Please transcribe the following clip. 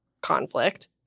conflict